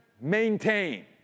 maintain